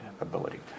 ability